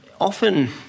often